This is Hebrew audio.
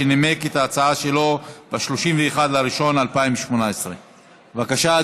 שנימק את ההצעה שלו ב-31 בינואר 2018. בבקשה,